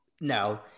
No